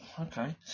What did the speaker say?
Okay